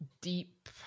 deep